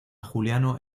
juliano